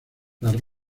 las